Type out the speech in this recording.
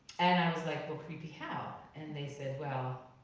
and i was like, well, creepy how? and they said well,